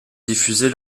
diffusée